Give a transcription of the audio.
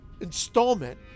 installment